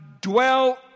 dwell